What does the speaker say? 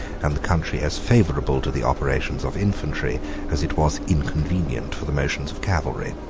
and the country as favorable to the operations of infantry as it was inconvenient for the motions of cavalry.